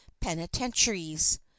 penitentiaries